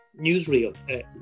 newsreel